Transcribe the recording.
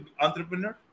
entrepreneur